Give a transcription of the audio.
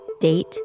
date